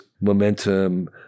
momentum